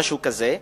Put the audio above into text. משהו כזה,